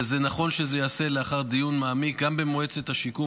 וזה נכון שזה ייעשה לאחר דיון מעמיק גם במועצת השיקום,